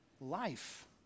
life